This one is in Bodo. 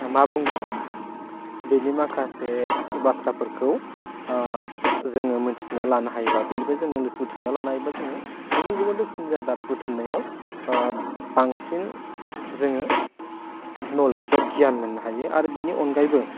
मा बुंदों बेनि माखासे बाथ्राफोरखौ जोङो मोन्थिना लानो हायो बा बेनिफ्राय जों नलेज बुथुमना लानो हायो बा जोङो गुबुन गुबुन रोखोमनि रादाब बुथुमनायाव बांसिन जोङो नलेज बा गियान मोननो हायो आरो बेनि अनगायैबो